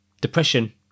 depression